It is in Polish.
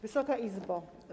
Wysoka Izbo!